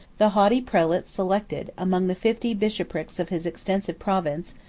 the haughty prelate selected, among the fifty bishoprics of his extensive province,